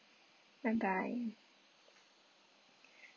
bye bye